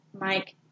Mike